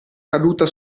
caduta